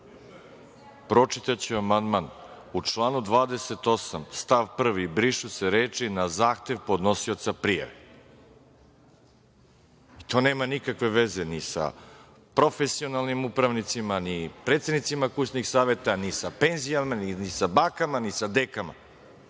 amandmanu. Pročitaću amandman – u članu 28. stav 1. brišu se reči „na zahtev podnosioca prijave“. To nema nikakve veze ni sa profesionalnim upravnicima, ni predsednicima kućnih saveta, ni sa penzijama, ni sa bakama, ni sa dekama. Reč